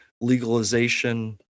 legalization